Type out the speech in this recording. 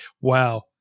wow